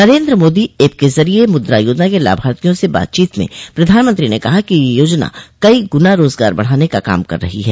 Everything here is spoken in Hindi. नरेन्द्र मोदी ऐप के जरिये मुद्रा योजना के लाभार्थियों से बातचीत में प्रधानमंत्री ने कहा कि ये योजना कई गुना राजगार बढ़ाने का काम कर रही है